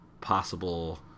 possible –